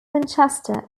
manchester